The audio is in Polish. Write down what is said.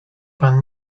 pan